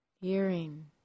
Hearing